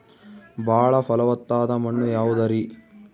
ಬಾಳ ಫಲವತ್ತಾದ ಮಣ್ಣು ಯಾವುದರಿ?